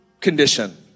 condition